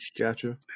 Gotcha